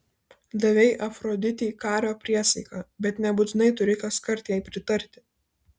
davei afroditei kario priesaiką bet nebūtinai turi kaskart jai pritarti